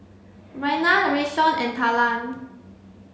Renae Rayshawn and Talan